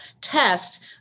test